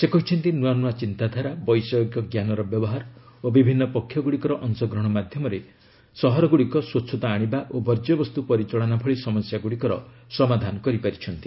ସେ କହିଛନ୍ତି ନୂଆ ନୂଆ ଚିନ୍ତାଧାରା ବୈଷୟିକ ଜ୍ଞାନର ବ୍ୟବହାର ଓ ବିଭିନ୍ନ ପକ୍ଷଗୁଡ଼ିକର ଅଂଶଗ୍ରହଣ ମାଧ୍ୟମରେ ସହରଗୁଡ଼ିକ ସ୍ୱଚ୍ଛତା ଆଣିବା ଓ ବର୍ଜ୍ୟବସ୍ତୁ ପରିଚାଳନା ଭଳି ସମସ୍ୟାଗୁଡ଼ିକର ସମାଧାନ କରିପାରିଛନ୍ତି